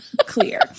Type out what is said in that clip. Clear